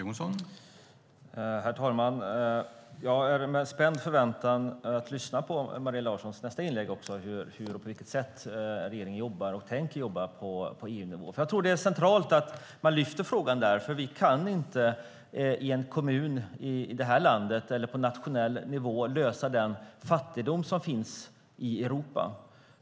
Herr talman! Det är med spänd förväntan jag ser fram emot Maria Larssons nästa inlägg om på vilket sätt regeringen jobbar och tänker jobba på EU-nivå. Jag tror att det är centralt att man lyfter fram frågan där eftersom vi i Sverige på nationell nivå eller i en kommun inte kan komma till rätta med den fattigdom som finns i Europa.